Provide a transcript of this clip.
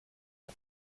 του